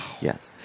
Yes